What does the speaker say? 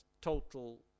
total